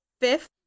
fifth